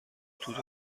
توت